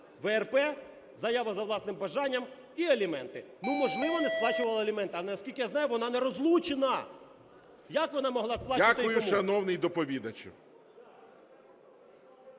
ВРП, заява за власним бажанням і аліменти. Ну, можливо, не сплачувала аліменти, але наскільки я знаю, вона не розлучена, як вона могла сплачувати і кому?